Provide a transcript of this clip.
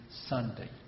Sunday